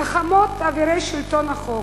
גחמות אבירי שלטון החוק,